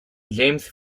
james